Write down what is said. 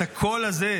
הקול הזה,